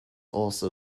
also